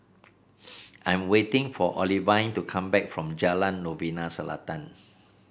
I'm waiting for Olivine to come back from Jalan Novena Selatan